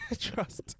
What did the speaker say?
Trust